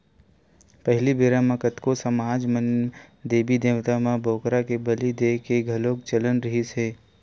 पहिली बेरा म कतको समाज म देबी देवता म बोकरा के बली देय के घलोक चलन रिहिस हे